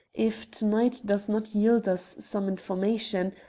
if to-night does not yield us some information,